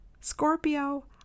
Scorpio